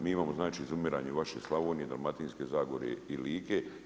Mi imamo znači izumiranje vaše Slavonije, Dalmatinske zagore i Like.